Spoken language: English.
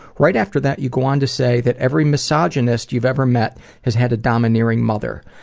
right after that, you go on to say that every misogynist you've ever met has had a domineering mother.